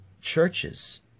churches